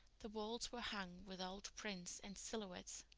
the walls were hung with old prints and silhouettes.